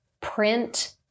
print